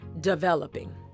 developing